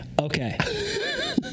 Okay